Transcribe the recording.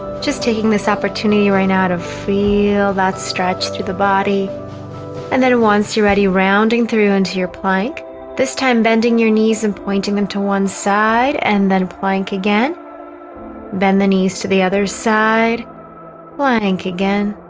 just taking this opportunity right now to feel that's stretch through the body and then it wants you ready rounding through into your plank this time bending your knees and pointing them to one side and then plank again bend the knees to the other side plank again